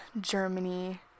Germany